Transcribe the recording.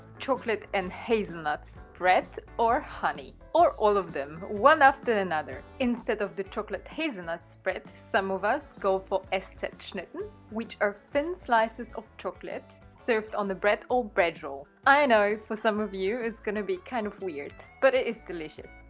chocolate and hazelnut spread or honey or all of them one after another. instead of the chocolate hazelnut spread some of us go for an eszet schnitten which are thin slices of chocolate served on the bread or bread roll, i know for some of you, it's gonna be kind of weird, but it is delicious!